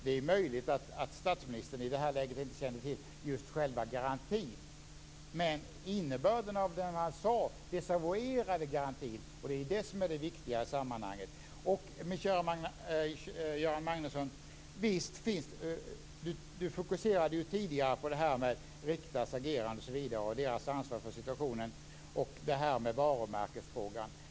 Det är möjligt att statsministern i det här läget inte kände till garantin, men innebörden av det som han sade desavouerade garantin, och det är det viktiga i sammanhanget. Min käre Göran Magnusson! Vi fokuserade tidigare på Riktas agerande, på Riktas ansvar för situationen och på varumärkesfrågan.